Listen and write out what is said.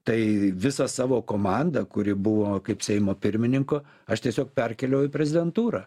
tai visą savo komandą kuri buvo kaip seimo pirmininko aš tiesiog perkėliau į prezidentūrą